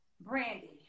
Brandy